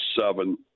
seven